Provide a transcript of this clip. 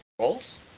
roles